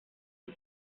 die